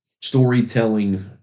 storytelling